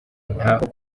ntaho